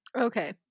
Okay